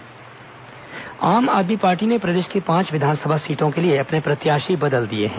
आप उम्मीदवार आम आदमी पार्टी ने प्रदेश की पांच विधानसभा सीटों के लिए अपने प्रत्याशी बदल दिए हैं